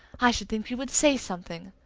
i should think you would say something.